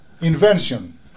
invention